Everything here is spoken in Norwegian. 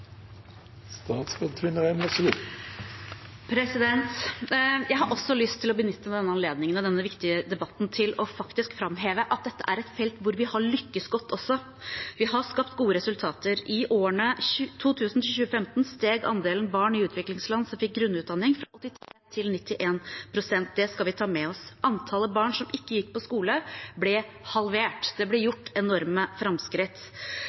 å benytte denne anledningen og denne viktige debatten til faktisk å framheve at dette er et felt hvor vi også har lyktes godt. Vi har skapt gode resultater. I årene 2000–2015 steg andelen barn som fikk grunnutdanning i utviklingsland, fra 83 til 91 pst. Det skal vi ta med oss. Antallet barn som ikke gikk på skole, ble halvert. Det ble gjort enorme framskritt.